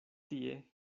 tie